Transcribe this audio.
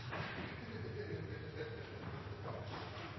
den